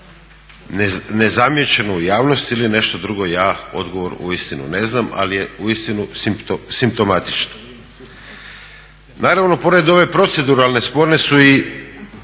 nezamijećeno u javnosti ili je nešto drugo, ja odgovor uistinu ne znam ali je uistinu simptomatično. Naravno pored ove proceduralne sporne su i